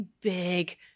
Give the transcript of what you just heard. big